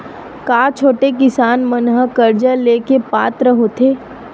का छोटे किसान मन हा कर्जा ले के पात्र होथे?